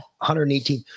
118